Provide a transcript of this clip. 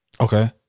Okay